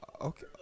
Okay